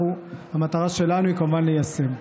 המטרה שלנו היא כמובן ליישם.